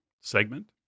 segment